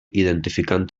identificant